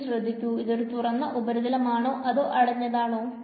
എങ്കിൽ ശ്രദ്ധിക്കു ഇതൊരു തുറന്ന ഉപരിതലമാണോ അതോ അടഞ്ഞതാണോ